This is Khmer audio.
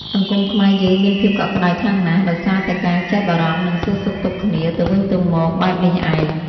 សង្គមខ្មែរយើងមានភាពកក់ក្តៅខ្លាំងណាស់ដោយសារតែការចេះបារម្ភនិងសួរសុខទុក្ខគ្នាទៅវិញទៅមកបែបនេះឯង។